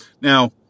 Now